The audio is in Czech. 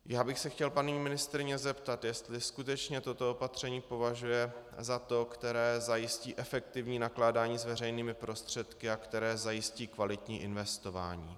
Chtěl bych se paní ministryně zeptat, jestli skutečně toto opatření považuje za to, které zajistí efektivní nakládání s veřejnými prostředky a které zajistí kvalitní investování.